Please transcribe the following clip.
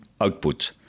output